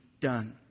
done